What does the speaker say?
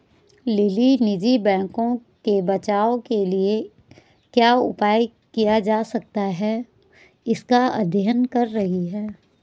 lily निजी बैंकों के बचाव के लिए क्या उपाय किया जा सकता है इसका अध्ययन कर रही है